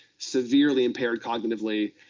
severely impaired cognitively.